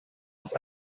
aus